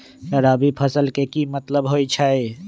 रबी फसल के की मतलब होई छई?